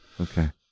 Okay